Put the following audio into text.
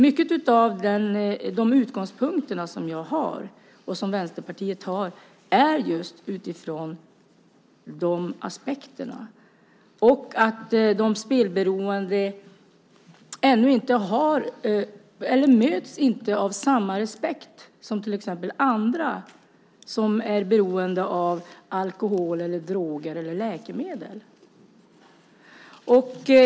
Många av de utgångspunkter som jag och Vänsterpartiet har utgår just från de aspekterna. De spelberoende möts ännu inte av samma respekt som andra som är beroende av till exempel alkohol, droger eller läkemedel.